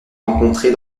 rencontré